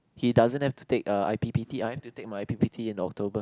he doesn't have to take uh i_p_p_t I have to take my i_p_p_t in October